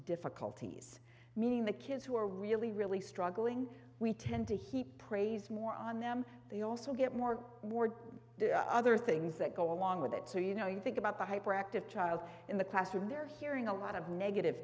difficulties meaning the kids who are really really struggling we tend to heap praise more on them they also get more bored the other things that go along with it so you know you think about the hyperactive child in the classroom they're hearing a lot of negative